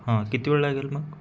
हां किती वेळ लागेल मग